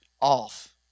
off